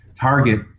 target